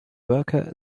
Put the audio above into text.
worker